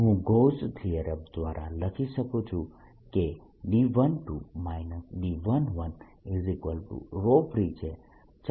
હું Gauss theorem Gauss's theorem દ્વારા લખી શકું છું કે D 2 D 1free છે